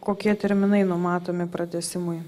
kokie terminai numatomi pratęsimui